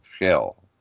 shell